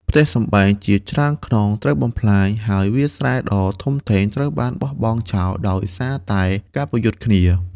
ផ្ទះសម្បែងជាច្រើនខ្នងត្រូវបំផ្លាញ ហើយវាលស្រែដ៏ធំធេងត្រូវបោះបង់ចោលដោយសារតែការប្រយុទ្ធគ្នា។